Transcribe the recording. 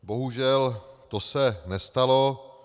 Bohužel, to se nestalo.